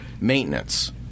maintenance